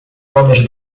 homens